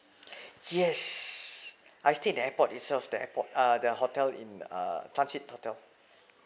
yes I stayed in airport itself the airport uh the hotel in uh transit hotel